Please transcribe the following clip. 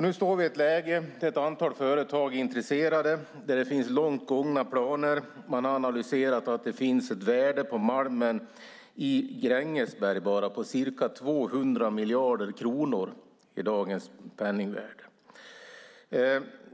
Nu står vi i ett läge där ett antal företag är intresserade, där det finns långt gångna planer och där man har analyserat att det bara på malmen i Grängesberg finns ett värde av ca 200 miljarder kronor i dagens penningvärde.